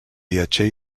viatger